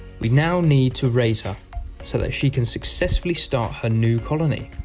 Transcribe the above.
we now need to raise her so that she can successfully start her new colony